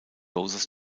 roses